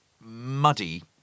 muddy